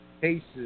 cases